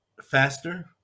faster